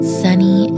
sunny